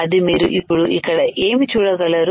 అది మీరు ఇప్పుడు ఇక్కడ ఏమి చూడగలరు